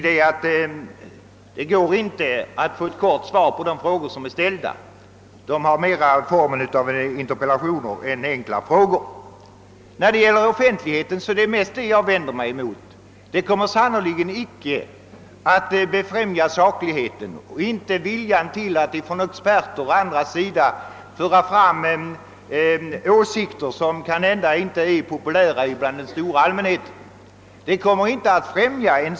Det går inte att få ett kort svar på de frågor som ställs — de har mera formen av interpellationer än av enkla frågor. Men det är mest mot resonemanget om offentligheten som jag vänder mig. Ett system med utskottsförhör kommer sannerligen inte att befrämja sakligheten och viljan hos experter och andra att föra fram åsikter som kanske inte är populära bland den stora allmänheten.